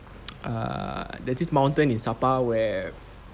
err there's this mountain in sapa where